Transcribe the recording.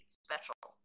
special